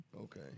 okay